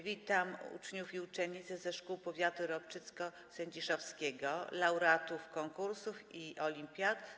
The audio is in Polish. Witam uczniów i uczennice ze szkół powiatu ropczycko-sędziszowskiego, laureatów konkursów i olimpiad.